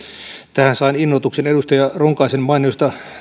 tähän sain innoituksen edustaja ronkaisen mainiosta